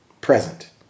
present